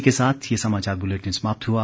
इसी के साथ ये समाचार बुलेटिन समाप्त हुआ